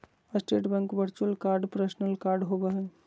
state Bank virtual card personal card होबो हइ